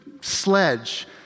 sledge